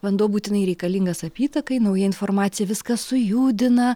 vanduo būtinai reikalingas apytakai nauja informacija viską sujudina